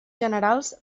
generals